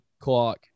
clock